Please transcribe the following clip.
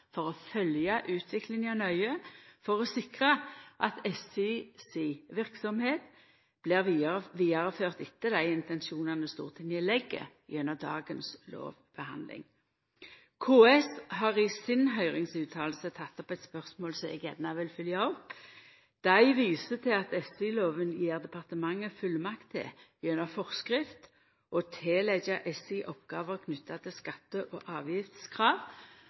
for å følgja utviklinga nøye for å sikra at SI si verksemd blir vidareført etter dei intensjonane Stortinget legg gjennom dagens lovbehandling. KS har i høyringsutsegna si teke opp eit spørsmål som eg gjerne vil følgja opp. Dei viser til at SI-lova gjev departementet fullmakt til gjennom forskrift å tilleggja SI oppgåver knytte til skatte- og avgiftskrav